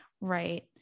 Right